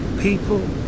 people